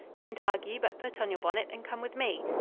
don't argue, but put on your bonnet and come with me.